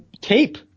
tape